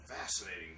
fascinating